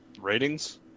Ratings